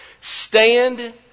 stand